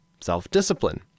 self-discipline